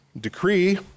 decree